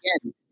again